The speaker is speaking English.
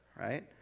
right